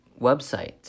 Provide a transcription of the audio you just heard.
website